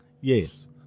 yes